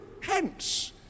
hence